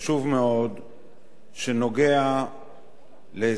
שנוגע לאזרחים רבים במדינה,